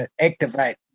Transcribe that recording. activate